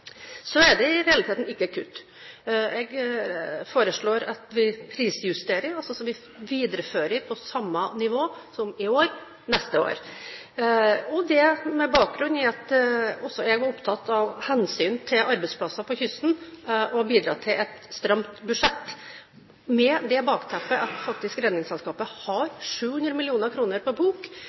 Så det er i realiteten ikke kutt. Jeg foreslår at vi prisjusterer, at vi viderefører på samme nivå til neste år som i år, med bakgrunn i at jeg også er opptatt av hensynet til arbeidsplasser på kysten, og bidrar til et stramt budsjett med det bakteppet at Redningsselskapet har 700 mill. kr på bok.